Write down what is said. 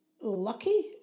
lucky